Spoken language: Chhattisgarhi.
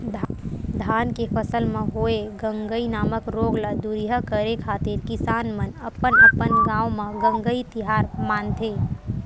धान के फसल म होय गंगई नामक रोग ल दूरिहा करे खातिर किसान मन अपन अपन गांव म गंगई तिहार मानथे